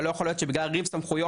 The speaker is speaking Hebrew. לא יכול להיות שבגלל ריב סמכויות,